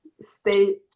stay